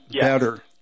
better